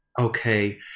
okay